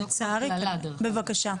בבקשה.